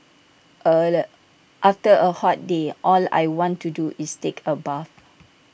after A hot day all I want to do is take A bath